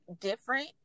different